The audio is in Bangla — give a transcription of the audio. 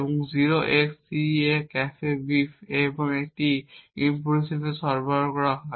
এবং 0xCAFEBEEF যখন একটি ইনপুট হিসাবে সরবরাহ করা হয়